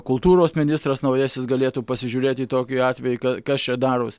kultūros ministras naujasis galėtų pasižiūrėti į tokį atvejį kas čia daros